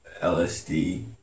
LSD